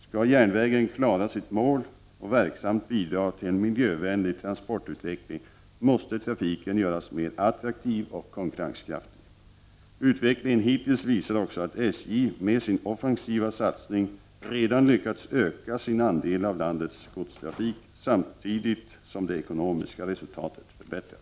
Skall järnvägen klara sitt mål och verksamt bidra till en miljövänlig transportutveckling måste trafiken göras mer attraktiv och konkurrenskraftig. Utveckling hittills visar också att SJ med sin offensiva satsning redan lyckats öka sin andel av landets godstrafik samtidigt som det ekonomiska resultatet förbättras.